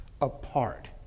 apart